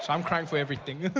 am crying for everything